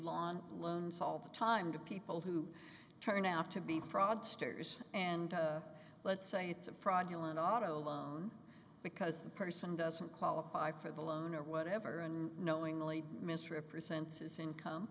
on loans all the time to people who turn out to be fraudsters and let's say it's a fraudulent auto loan because the person doesn't qualify for the loan or whatever and knowingly misrepresent his income